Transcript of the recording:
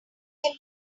late